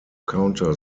counter